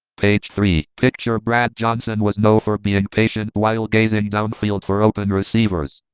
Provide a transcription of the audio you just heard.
page three, picture brad johnson was known for being patient while gazing down field for open receivers,